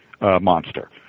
monster